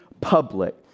public